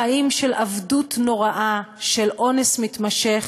חיים של עבדות נוראה, של אונס מתמשך,